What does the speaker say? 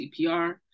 CPR